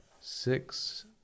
six